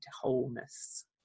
wholeness